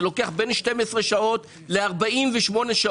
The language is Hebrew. זה לוקח בין 12 שעות ל-48 שעות.